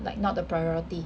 like not the priority